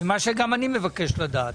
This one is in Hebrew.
ומה שגם אני מבקש לדעת.